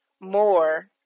more